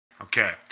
okay